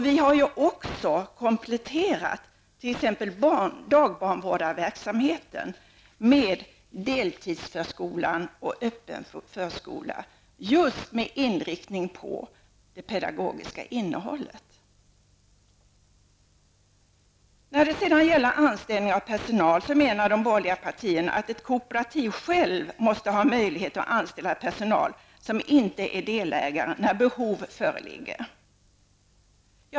Vi har också kompletterat t.ex. dagbarnvårdarverksamheten med deltidsförskola och öppen förskola, just med inriktning på det pedagogiska innehållet. När det gäller anställning av personal menar de borgerliga partierna att ett kooperativ självt måste ha möjlighet att anställa personal som inte är delägare, när behov föreligger.